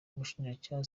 umushinjacyaha